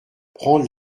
prendre